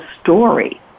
story